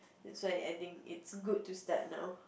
it's like I think it's good to start now